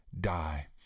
die